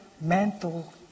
mental